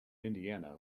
indiana